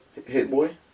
Hitboy